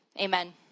amen